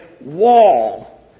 wall